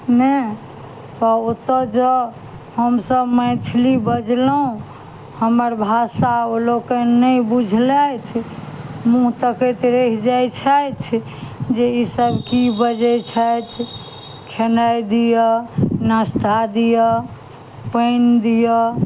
मे तऽ ओतऽ जाउ हमसब मैथिली बजलहुॅं हमर भाषा ओ लोकनि नहि बुझलथि मुँह तकैत रहि जाइ छथि जे ई सब की बजै छथि खेनाइ दिअ नास्ता दिअ पानि दिअ